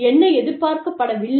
என்ன எதிர்பார்க்கப்படவில்லை